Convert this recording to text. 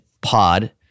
pod